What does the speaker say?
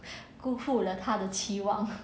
辜负了他的期望